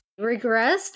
Regressed